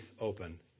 open